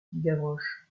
gavroche